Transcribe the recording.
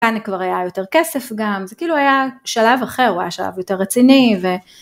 כאן כבר היה יותר כסף גם, זה כאילו היה שלב אחר, הוא היה שלב יותר רציני.